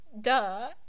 Duh